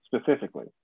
specifically